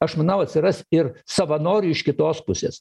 aš manau atsiras ir savanorių iš kitos pusės